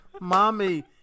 Mommy